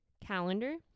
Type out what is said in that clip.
calendar